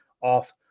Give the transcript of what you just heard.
off